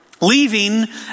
Leaving